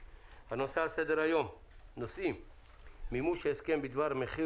הנושאים על סדר היום הם מימוש ההסכם בדבר מחיר